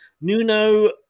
Nuno